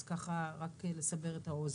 אז ככה רק לסבר את האוזן.